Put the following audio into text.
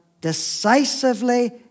decisively